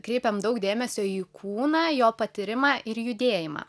kreipiam daug dėmesio į kūną jo patyrimą ir judėjimą